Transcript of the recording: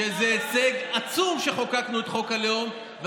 שזה הישג עצום שחוקקנו את חוק הלאום.